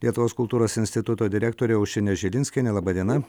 lietuvos kultūros instituto direktorė aušrinė žilinskienė laba diena